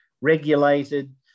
regulated